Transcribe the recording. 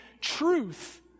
truth